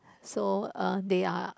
so uh they are